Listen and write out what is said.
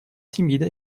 timides